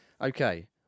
Okay